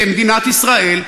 במדינת ישראל,